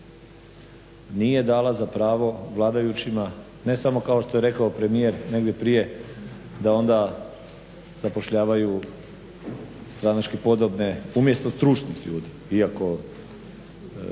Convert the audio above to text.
nije dala za pravo vladajućima ne samo kao što je rekao premijer negdje prije da onda zapošljavaju stranački podobne umjesto stručnih ljudi iako